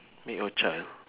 make your child